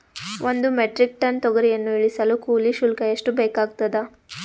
ಒಂದು metric tonne ತೊಗರಿಯನ್ನು ಇಳಿಸಲು ಕೂಲಿ ಶುಲ್ಕ ಎಷ್ಟು ಬೇಕಾಗತದಾ?